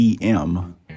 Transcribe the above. EM